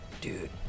dude